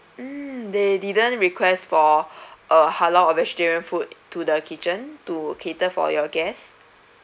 mm they didn't request for a halal or vegetarian food to the kitchen to cater for your guest